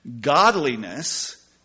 godliness